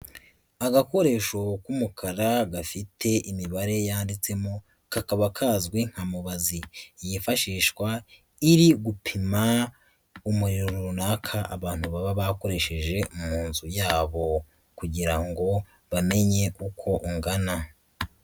Agakoresho k'umukara gafite imibare yanditsemo, kakaba kazwi nka mubazi yifashishwa iri gupima umuriro runaka abantu baba bakoresheje mu nzu yabo kugira ngo bamenye uko ungana.